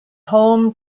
home